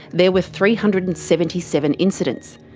there were three hundred and seventy seven incidents,